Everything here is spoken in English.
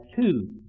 two